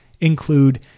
include